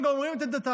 הם גם אומרים את עמדתם,